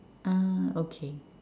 ah okay